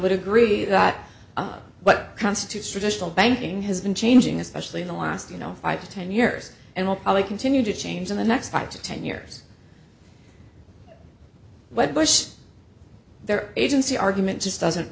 would agree that what constitutes traditional banking has been changing especially in the last you know five to ten years and will probably continue to change in the next five to ten years but bush their agency argument just doesn't